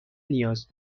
نیاز